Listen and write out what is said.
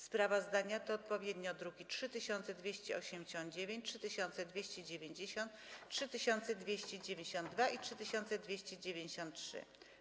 Sprawozdania to odpowiednio druki nr 3289, 3290, 3292 i 3293.